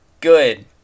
good